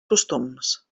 costums